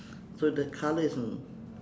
so the colour is in